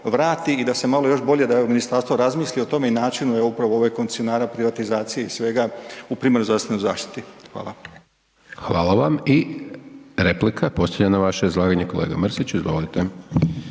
i da malo još bolje ministarstvo razmisli o tome i načinu upravo ovih koncesionara privatizaciji i svega u privatnoj zdravstvenoj zaštiti. Hvala. **Hajdaš Dončić, Siniša (SDP)** Hvala. I replika posljednja na vaše izlaganje kolega Mrsić. Izvolite.